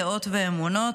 דעות ואמונות,